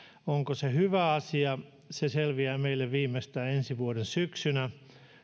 onko se hyvä asia se selviää meille viimeistään ensi vuoden syksynä